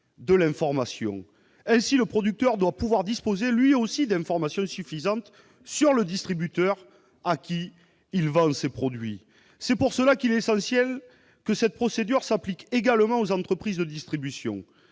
de l'information. En effet, le producteur doit pouvoir disposer, lui aussi, d'informations suffisantes sur le distributeur à qui il vend ses produits. C'est pour cela qu'il est essentiel que cette procédure s'applique également aux entreprises de distribution.